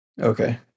Okay